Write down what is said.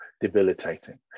debilitating